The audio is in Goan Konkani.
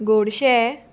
गोडशें